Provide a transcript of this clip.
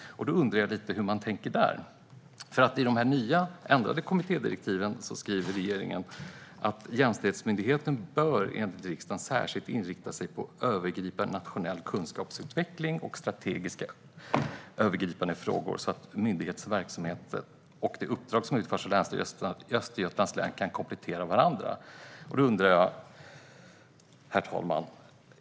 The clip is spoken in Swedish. Jag undrar hur man tänker där. I de nya ändrade kommittédirektiven skriver regeringen att jämställdhetsmyndigheten bör enligt riksdagen särskilt inrikta sig på övergripande nationell kunskapsutveckling och strategiska övergripande frågor så att myndighetens verksamhet och det uppdrag som utförs av Länsstyrelsen i Östergötlands län kan komplettera varandra. Herr talman!